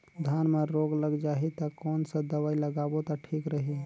धान म रोग लग जाही ता कोन सा दवाई लगाबो ता ठीक रही?